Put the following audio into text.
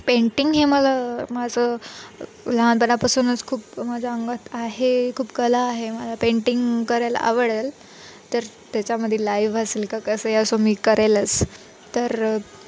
painting हे मला माझं लहानपणापासूनच खूप माझ्या अंगात आहे खूप कला आहे मला पेंटिंग करायला आवडेल तर त्याच्यामध्ये लाईव असेल का कसं आहे असो मी करेलच तर